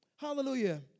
Hallelujah